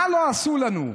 מה לא עשו לנו?